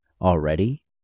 already